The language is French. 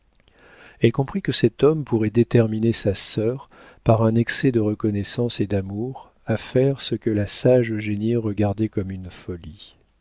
elle comprit que cet homme pourrait déterminer sa sœur par un excès de reconnaissance et d'amour à faire ce que la sage eugénie regardait comme une folie